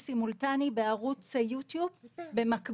סימולטני בערוץ היוטיוב במקביל לשידור.